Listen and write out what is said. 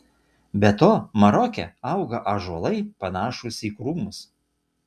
be to maroke auga ąžuolai panašūs į krūmus